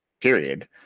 period